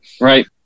Right